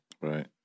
Right